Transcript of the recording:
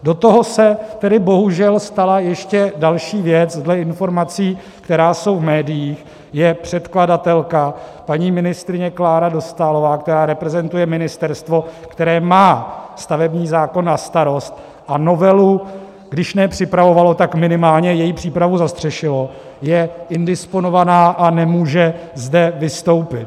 Do toho se tedy bohužel stala ještě další věc, dle informací, která jsou v médiích, je předkladatelka, paní ministryně Klára Dostálová, která reprezentuje ministerstvo, které má stavební zákon na starost a novelu když ne připravovalo, tak minimálně její přípravu zastřešilo, je indisponovaná a nemůže zde vystoupit.